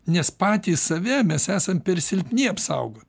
nes patys save mes esam per silpni apsaugot